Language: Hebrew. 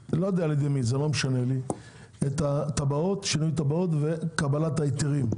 תרכזו את התב"עות, שינוי התב"עות וקבלת ההיתרים.